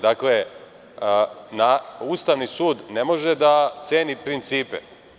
Dakle, Ustavni sud ne može da ceni principe.